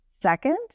Second